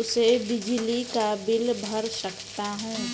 उसे बिजली का बिल भर सकता हूं?